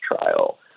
trial